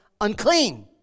unclean